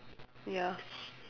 ya